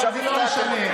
אבל זה לא משנה.